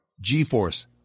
G-Force